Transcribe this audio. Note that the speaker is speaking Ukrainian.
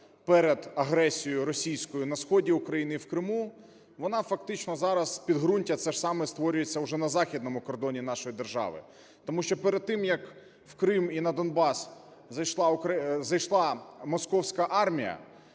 перед агресією російською на сході України і в Криму, вона фактично зараз, підґрунтя це ж саме створюється вже на західному кордоні нашої держави. Тому що перед тим, як в Крим і на Донбас зайшла московська армія,